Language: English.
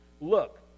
look